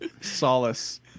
solace